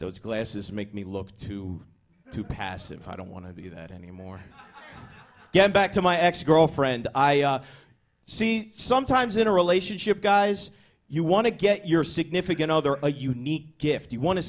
those glasses make me look too too passive i don't want to be that anymore get back to my ex girlfriend i see sometimes in a relationship guys you want to get your significant other a unique gift you want to